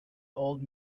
old